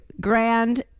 Grand